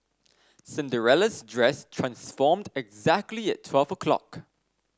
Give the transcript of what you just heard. Cinderella's dress transformed exactly at twelve o'clock